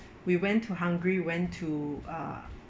we went to hungary we went to uh